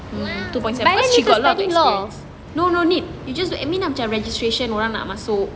two points seven cause she got a lot of experience no no need you just admin macam registration orang nak masuk